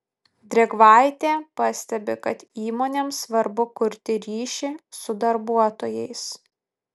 drėgvaitė pastebi kad įmonėms svarbu kurti ryšį su darbuotojais